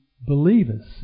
believers